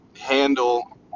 handle